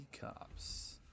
cops